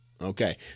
Okay